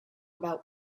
about